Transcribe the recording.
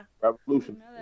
Revolution